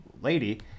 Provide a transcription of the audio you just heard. lady